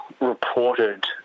reported